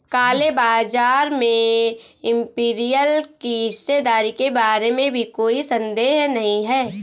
काले बाजार में इंपीरियल की हिस्सेदारी के बारे में भी कोई संदेह नहीं है